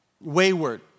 wayward